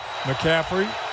McCaffrey